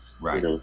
Right